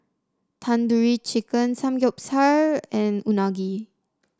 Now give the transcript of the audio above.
Tandoori Chicken Samgyeopsal and Unagi